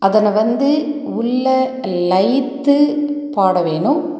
அதனை வந்து உள்ளே லயித்து பாட வேணும்